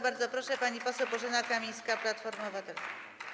Bardzo proszę, pani poseł Bożena Kamińska, Platforma Obywatelska.